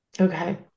Okay